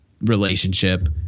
relationship